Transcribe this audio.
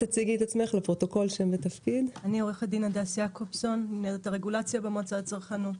אני מנהלת הרגולציה במועצה לצרכנות.